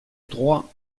trois